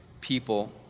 people